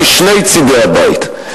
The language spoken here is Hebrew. משני צדי הבית,